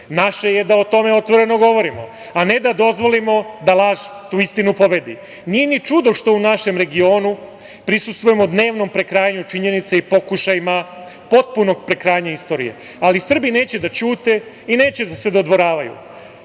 naše je da o tome otvoreno govorimo, a ne da dozvolimo da laž tu istinu pobedu. Nije ni čudo što u našem regionu prisustvujemo dnevnom prekrajanju činjenica i pokušajima potpunog prekrajanja istorije, ali Srbi neće da ćute i neće da se dodvoravaju“.